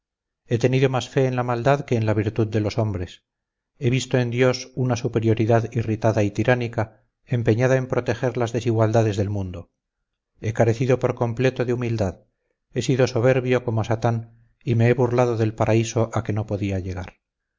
he tenido más fe en la maldad que en la virtud de los hombres he visto en dios una superioridad irritada y tiránica empeñada en proteger las desigualdades del mundo he carecido por completo de humildad he sido soberbio como satán y me he burlado del paraíso a que no podía llegar